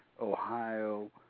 Ohio